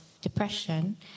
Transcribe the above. depression